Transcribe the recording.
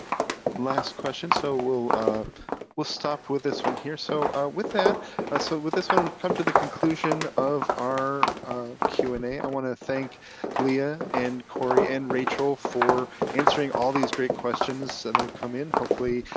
last question. so we'll we'll stop with this one here. so ah with ah ah so with this one we've come to the conclusion of our ah q and a. i wanna thank leah and cory and rachel for answering all these great questions that come in, hopefully,